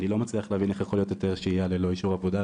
אני לא מצליח להבין איך יכול להיות היתר שהייה ללא אישור עבודה,